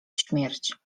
śmierć